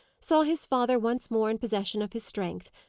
saw his father once more in possession of his strength,